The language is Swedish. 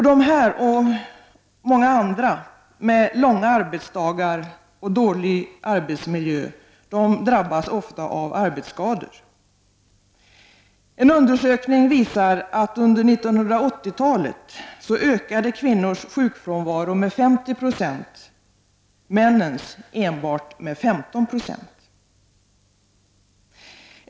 Dessa och andra med långa arbetsdagar och dålig arbetsmiljö drabbas ofta av arbetsskador. En undersökning visar att kvinnors sjukfrånvaro ökade med 50 26 under 1980-talet, männens med enbart 15 90.